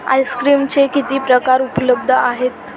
आईस्क्रीमचे किती प्रकार उपलब्ध आहेत